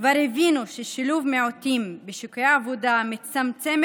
כבר הבינו ששילוב מיעוטים בשוקי העבודה מצמצם